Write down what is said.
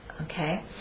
Okay